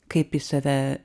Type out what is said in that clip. kaip į save